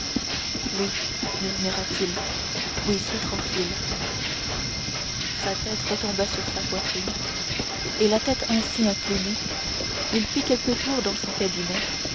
oui murmura-t-il oui sois tranquille sa tête retomba sur sa poitrine et la tête ainsi inclinée il fit quelques tours dans son cabinet